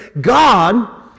God